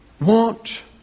Want